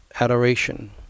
adoration